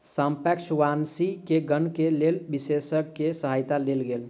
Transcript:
सापेक्ष वापसी के गणना के लेल विशेषज्ञ के सहायता लेल गेल